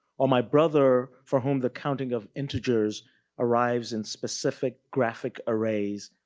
or my brother for whom the counting of integers arrives in specific graphic arrays,